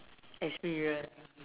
experience